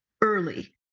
early